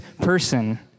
person